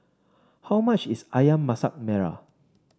how much is ayam Masak Merah